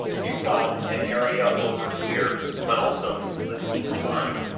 you've got an area over here, but also, let's keep in mind,